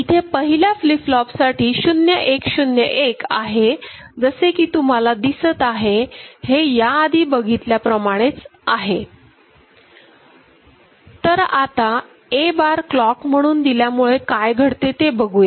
इथे पहिल्या flip flop साठी 0101 आहे जसे की तुम्हाला दिसत आहे हे याआधी बघितल्या प्रमाणेच आहे तर आता A बार क्लॉक म्हणून दिल्यामुळे काय घडते ते बघूया